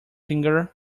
finger